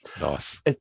nice